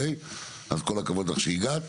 אז כל הכבוד לך שהגעת.